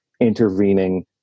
intervening